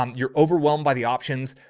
um you're overwhelmed by the options.